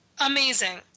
Amazing